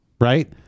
Right